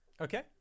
Okay